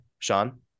Sean